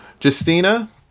Justina